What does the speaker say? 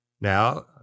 Now